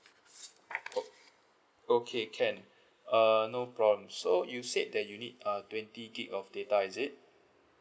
o~ okay can err no problem so you said that you need uh twenty gig of data is it